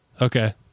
Okay